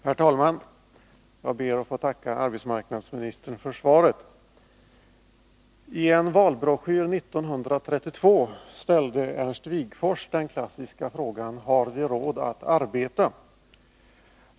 Herr talman! Jag ber att få tacka arbetsmarknadsministern för svaret. I en valbroschyr 1932 ställde Ernst Wigforss den klassiska frågan: Har vi råd att arbeta?